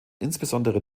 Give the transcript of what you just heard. insbesondere